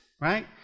right